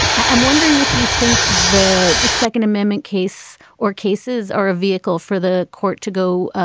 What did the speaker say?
i am wondering if you think the second amendment case or cases are a vehicle for the court to go.